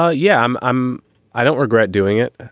ah yeah i'm i don't regret doing it.